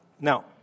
Now